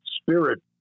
spirit